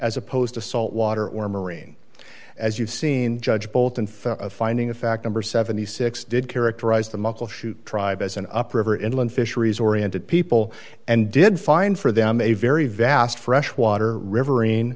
as opposed to salt water or marine as you've seen judge bolton finding in fact number seventy six did characterize the muckleshoot tribe as an up river inland fisheries oriented people and did find for them a very vast freshwater riverin